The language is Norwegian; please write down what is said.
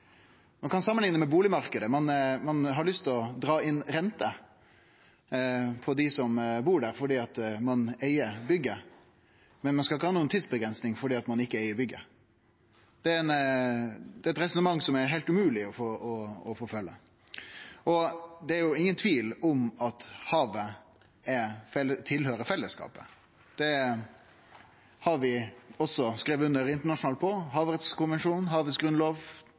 ein opplever ikkje dette som fellesskapet sin ressurs. Så ein kan samanlikne med bustadmarknaden – ein har lyst til å dra inn rente frå dei som bur der, fordi ein eig bygget, men ein skal ikkje ha noka tidsavgrensing fordi ein ikkje eig bygget. Det er eit resonnement som er heilt umogleg å forfølgje. Det er jo ingen tvil om at havet tilhøyrer fellesskapet. Det har vi også skrive under på internasjonalt – Havrettskonvensjonen, havet si grunnlov